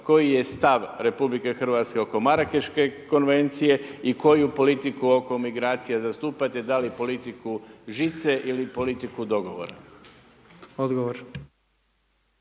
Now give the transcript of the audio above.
koji je stav RH oko Marakeške konvencije i koju politiku oko migracija zastupate, da li politiku žice ili politiku dogovora?